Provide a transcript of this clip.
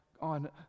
on